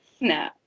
No